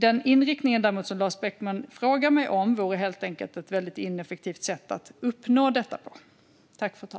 Den inriktning som Lars Beckman frågar mig om vore dock ett ineffektivt sätt att uppnå detta på.